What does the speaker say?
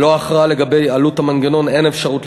ללא הכרעה לגבי עלות המנגנון אין אפשרות